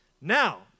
Now